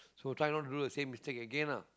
so try not to do the same mistake again lah